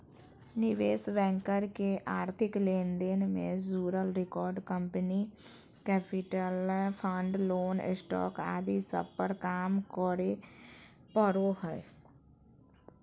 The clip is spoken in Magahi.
निवेश बैंकर के आर्थिक लेन देन से जुड़ल record, company capital, fund, loan, stock आदि सब पर काम करे पड़ो हय